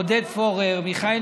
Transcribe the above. עודד פורר, מיכאל